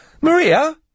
Maria